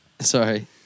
Sorry